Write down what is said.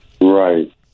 Right